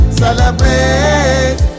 celebrate